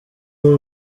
ubu